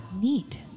Neat